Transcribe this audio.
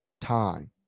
time